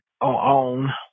on